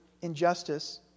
injustice